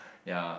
ya